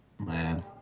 Man